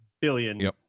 billion